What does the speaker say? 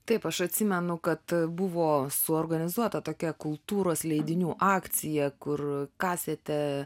taip aš atsimenu kad buvo suorganizuota tokia kultūros leidinių akcija kur kasėte